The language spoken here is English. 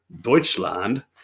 Deutschland